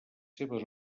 seves